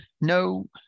no